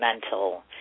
mental